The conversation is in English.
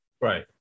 right